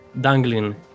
dangling